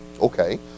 Okay